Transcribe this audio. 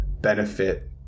benefit